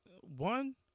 one